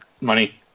money